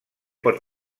pot